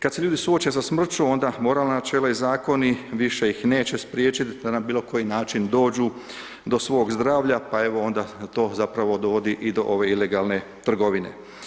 Kad se ljudi suoče sa smrću onda moralna načela i zakoni više ih neće spriječiti da na bilokoji način dođu do svog zdravlja pa evo onda to zapravo dovodi do ove ilegalne trgovine.